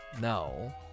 no